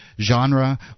genre